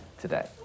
today